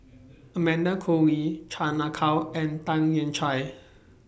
Amanda Koe Lee Chan Ah Kow and Tan Lian Chye